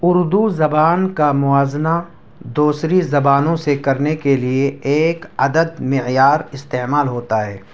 اردو زبان کا موازنہ دوسری زبانوں سے کرنے کے لیے ایک عدد معیار استعمال ہوتا ہے